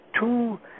two